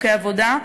חוקי עבודה,